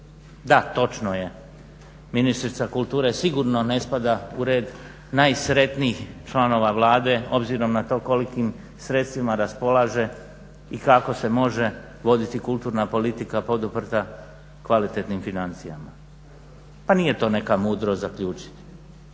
Da, točno je ministrica kulture sigurno ne spada u red najsretnijih članova Vlade obzirom na to kolikim sredstvima raspolaže i kako se može voditi kulturna politika poduprta kvalitetnim financijama. Pa nije to neka mudrost zaključiti.